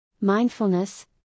Mindfulness